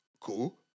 cool